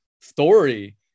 story